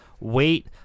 Wait